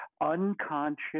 unconscious